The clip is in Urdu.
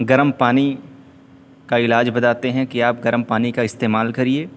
گرم پانی کا علاج بتاتے ہیں کہ آپ گرم پانی کا استعمال کریے